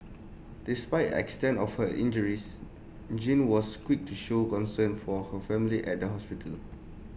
despite the extent of her injures Jean was quick to show concern for her family at the hospital